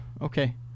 okay